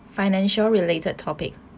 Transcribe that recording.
financial related topic